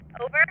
over